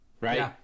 Right